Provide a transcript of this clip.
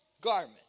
garment